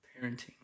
parenting